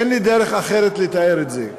אין לי דרך אחרת לתאר את זה.